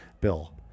bill